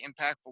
impactful